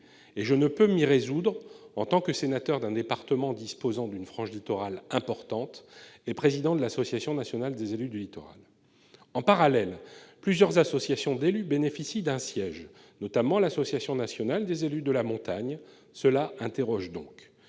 Je ne peux m'y résoudre en tant que sénateur d'un département disposant d'une frange littorale importante et président de l'Association nationale des élus du littoral. En parallèle, plusieurs associations d'élus bénéficient d'un siège, notamment l'Association nationale des élus de la montagne. Une telle